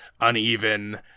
uneven